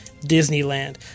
Disneyland